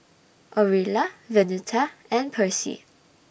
Orilla Venita and Percy